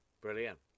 Brilliant